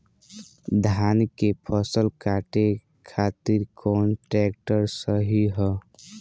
धान के फसल काटे खातिर कौन ट्रैक्टर सही ह?